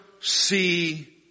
see